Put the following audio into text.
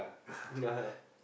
ya ya